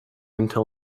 until